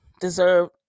deserve